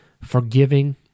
forgiving